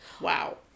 Wow